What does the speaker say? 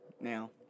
Now